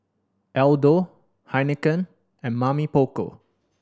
Aldo Heinekein and Mamy Poko